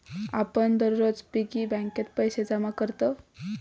आपण दररोज पिग्गी बँकेत पैसे जमा करतव